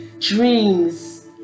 dreams